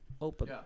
Open